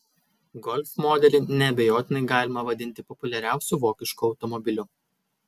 golf modelį neabejotinai galima vadinti populiariausiu vokišku automobiliu